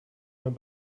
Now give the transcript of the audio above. man